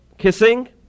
Kissing